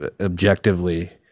objectively